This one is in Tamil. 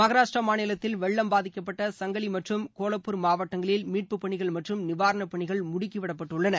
மகாராஷ்டிரம் மாநிலத்தில் வெள்ளம் பாதிக்கப்பட்ட சங்கலி மற்றும் கோலப்பூர் மாவட்டங்களில் மீட்பு பணிகள் மற்றும் நிவாரணப் பணிகள் முடுக்கிவிடப்பட்டுள்ளன